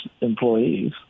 employees